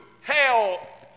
hell